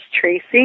Tracy